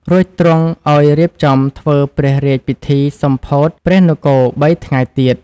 រួចទ្រង់ឲ្យរៀបធ្វើព្រះរាជពិធីសម្ពោធព្រះនគរ ៣ថ្ងៃទៀត